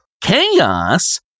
Chaos